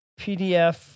PDF